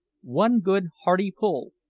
one good, hearty pull,